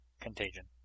Contagion